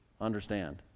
understand